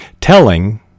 Telling